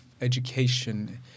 education